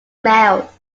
mouth